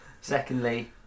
Secondly